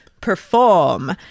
perform